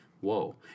whoa